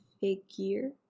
figure